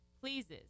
pleases